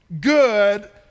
good